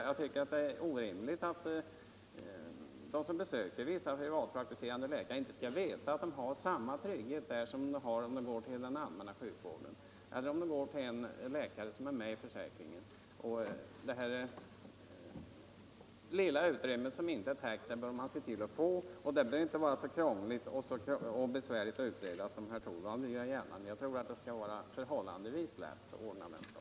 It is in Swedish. Jag tycker det är orimligt att de som besöker vissa privatpraktiserande läkare inte skall veta att de har samma trygghet där som de har om de går till den allmänna sjukvården eller till en läkare som är med i försäkringen. Det lilla utrymme som inte är täckt bör man se till att få täckt. Det behöver inte vara så krångligt och besvärligt att utreda som herr Torwald vill göra gällande. Jag tror det är förhållandvis lätt att ordna den här saken.